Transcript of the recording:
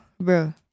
bro